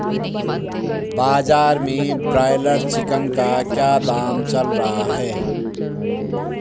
बाजार में broiler chicken का क्या दाम चल रहा है?